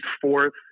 fourth